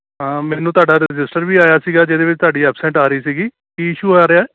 ਹਾਂ ਮੈਨੂੰ ਤੁਹਾਡਾ ਰਜਿਸਟਰ ਵੀ ਆਇਆ ਸੀਗਾ ਜਿਹਦੇ ਵਿੱਚ ਤੁਹਾਡੀ ਅਪਸੈਟ ਆ ਰਹੀ ਸੀਗੀ ਕੀ ਈਸ਼ੂ ਆ ਰਿਹਾ